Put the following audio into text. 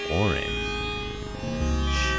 orange